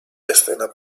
escena